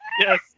Yes